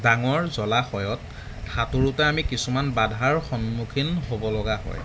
ডাঙৰ জলাশয়ত সাঁতোৰোঁতে আমি কিছুমান বাধাৰ সন্মুখীন হ'বলগা হয়